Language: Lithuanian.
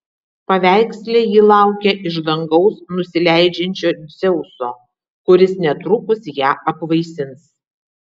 paveiksle ji laukia iš dangaus nusileidžiančio dzeuso kuris netrukus ją apvaisins